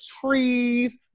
trees